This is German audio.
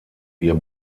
ihr